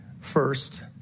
First